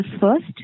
first